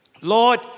Lord